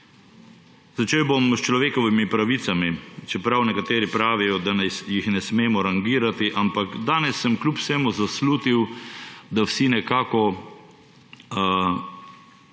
Začel bom s človekovimi pravicami, čeprav nekateri pravijo, da jih ne smemo rangirati, ampak danes sem kljub vsemu zaslutil, da vsi nekako